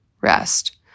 rest